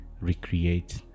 Recreate